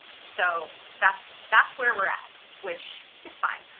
so that's that's where we're at, which is fine.